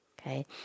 Okay